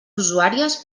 usuàries